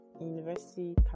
University